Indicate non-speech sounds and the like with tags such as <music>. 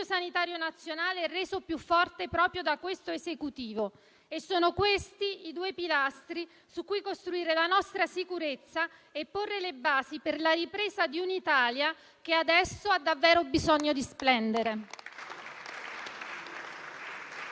sanitario nazionale reso più forte proprio da questo Esecutivo. Sono questi i due pilastri su cui costruire la nostra sicurezza e porre le basi per la ripresa di un'Italia che adesso ha davvero bisogno di splendere. <applause>